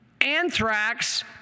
Anthrax